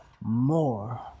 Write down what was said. more